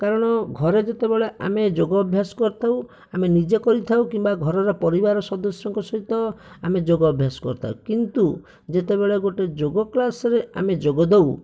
କାରଣ ଘରେ ଯେତେବେଳେ ଆମେ ଯୋଗ ଅଭ୍ୟାସ କରିଥାଉ ଆମେ ନିଜେ କରିଥାଉ କିମ୍ବା ଘରର ପରିବାର ସଦସ୍ୟଙ୍କ ସହିତ ଆମେ ଯୋଗ ଅଭ୍ୟାସ କରିଥାଉ କିନ୍ତୁ ଯେତେବେଳେ ଗୋଟେ ଯୋଗ କ୍ଳାସରେ ଆମେ ଯୋଗ ଦେଉ